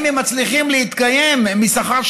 אם הם מצליחים להתקיים מהשכר,